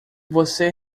você